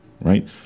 right